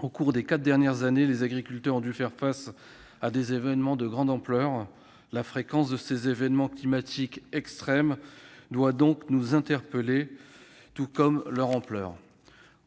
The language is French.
Au cours des quatre dernières années, les agriculteurs ont dû faire face à des événements de grande ampleur. La fréquence de ces événements climatiques extrêmes doit donc nous interpeller, tout comme leur ampleur.